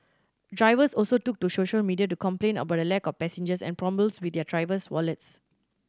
drivers also took to social media to complain about a lack of passengers and problems with their driver's wallets